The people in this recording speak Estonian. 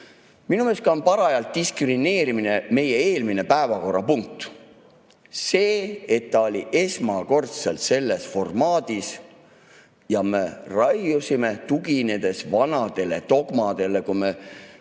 Minu meelest on paras diskrimineerimine meie eelmine päevakorrapunkt, see, et ta oli esmakordselt selles formaadis. Ja me raiusime, tuginedes vanadele dogmadele, kui me